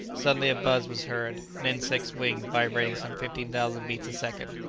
suddenly a buzz was heard, an insect's wing vibrating some fifteen thousand beats a second!